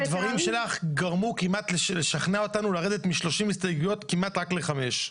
הדברים שלך גרמו לשכנע אותנו לרדת מ-30 הסתייגויות כמעט רק לחמש.